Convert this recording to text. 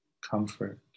comfort